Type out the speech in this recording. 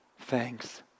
thanks